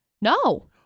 No